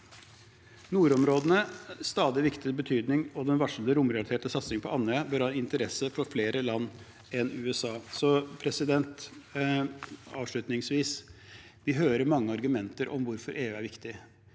Nordområdene har en stadig viktigere betydning, og den varslede romrelaterte satsingen på Andøya bør ha interesse for flere land enn USA. Avslutningsvis: Vi hører mange argumenter om hvorfor EU er viktig,